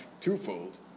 twofold